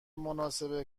مناسب